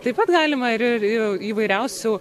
taip pat galima ir ir įvairiausių